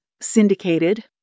syndicated